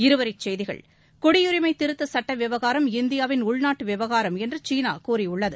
இருவரி செய்திகள் குடியுரிமை திருத்த சட்ட விவகாரம் இந்தியாவின் உள்நாட்டு விவகாரம் என்று சீனா கூறியுள்ளது